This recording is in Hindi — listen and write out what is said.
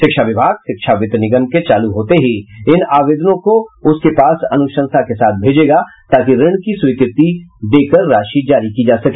शिक्षा विभाग शिक्षा वित्त निगम के चालू होते ही इन आवेदनों को उसके पास अनुशंसा के साथ भेजेगा ताकि ऋण की स्वीकृति देकर राशि जारी की जा सके